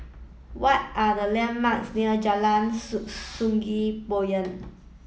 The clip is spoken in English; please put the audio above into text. what are the landmarks near Jalan Sungei Poyan